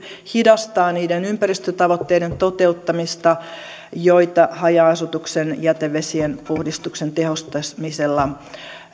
hidastaa niiden ympäristötavoitteiden toteuttamista joita haja asutuksen jätevesienpuhdistuksen tehostamisella